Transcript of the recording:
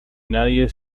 nadie